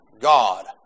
God